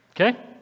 Okay